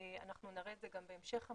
אנחנו נראה אותם גם בהמשך המצגת.